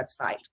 website